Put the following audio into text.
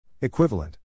Equivalent